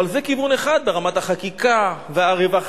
אבל זה כיוון אחד ברמת החקיקה והרווחה.